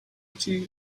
achieve